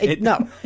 No